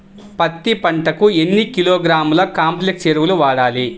పత్తి పంటకు ఎన్ని కిలోగ్రాముల కాంప్లెక్స్ ఎరువులు వాడాలి?